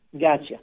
Gotcha